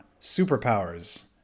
superpowers